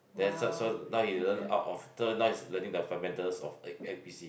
then so so now he doesn't out of so he's learning the fundamentals of act busy